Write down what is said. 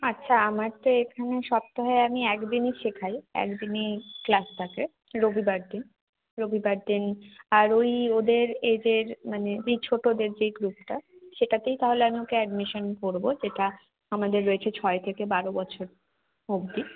আচ্ছা আমার তো এখানে সপ্তাহে আমি একদিনই শেখাই একদিনই ক্লাস থাকে রবিবার দিন রবিবার দিন আর ঐ ওদের এজের মানে বি ছোটোদের যেই গ্রুপটা সেটাতেই তাহলে আমি ওকে অ্যাডমিশন করব যেটা আমাদের রয়েছে ছয় থেকে বারো বছর অবধি